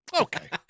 Okay